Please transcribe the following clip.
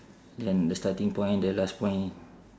then the starting point the last point